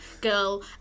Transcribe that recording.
girl